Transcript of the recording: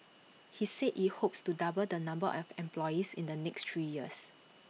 he said IT hopes to double the number of employees in the next three years